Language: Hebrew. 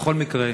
בכל מקרה,